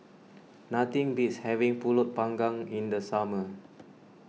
nothing beats having Pulut Panggang in the summer